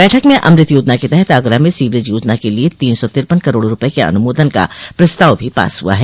बैठक में अमृत योजना के तहत आगरा में सीवरेज योजना के लिये तीन सौ तिरपन करोड़ रूपये के अनुमोदन का प्रस्ताव भी पास हुआ है